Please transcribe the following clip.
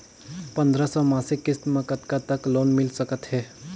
पंद्रह सौ मासिक किस्त मे कतका तक लोन मिल सकत हे?